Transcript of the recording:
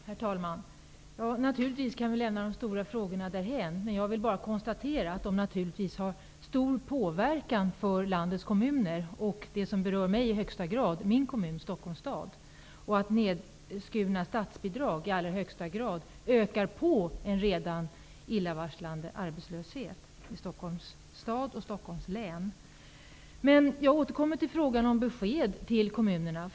Herr talman! Vi kan lämna de stora frågorna därhän, men jag vill bara konstatera att de naturligtvis har stor påverkan på landets kommuner. De påverkar också den kommun som i högsta grad berör mig, nämligen Stockholms stad. Nedskurna statsbidrag ökar i allra högsta grad en redan illavarslande arbetslöshet i Stockholms stad och i Stockholms län. Jag återkommer till frågan om besked till kommunerna.